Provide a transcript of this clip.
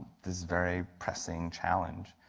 this very pressing challenge.